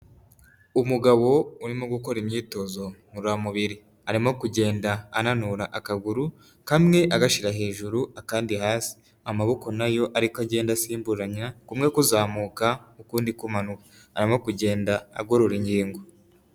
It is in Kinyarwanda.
Umugabo urimo gukora imyitozo ngororamubiri, arimo kugenda ananura akaguru kamwe agashyira hejuru akandi hasi amaboko nayo ariko agenda asimburanya ,kumwe kuzamuka ukundi kumanuka arimo kugenda agorora inkingo.